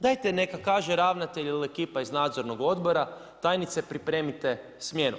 Dajte neka kaže ravnatelj ili ekipa iz nadzornog odbora tajnice pripremite smjenu.